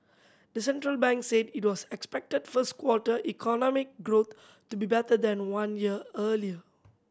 the central bank said it expected first quarter economic growth to be better than one year earlier